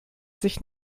sich